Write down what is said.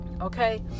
Okay